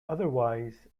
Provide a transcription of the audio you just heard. otherwise